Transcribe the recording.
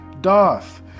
Darth